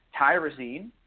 tyrosine